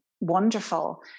wonderful